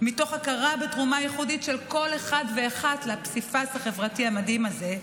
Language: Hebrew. מתוך הכרה בתרומה הייחודית של כל אחד ואחת לפסיפס החברתי המדהים הזה,